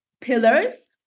pillars